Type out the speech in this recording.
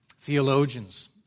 theologians